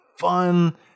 fun